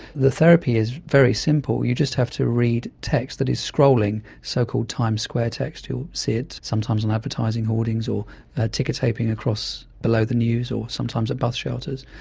the therapy is very simple, you just have to read text that is scrolling, so-called times square text, you'll see it sometimes on advertising hoardings or tickertaping across below the news or sometimes at bus shelters.